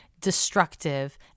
destructive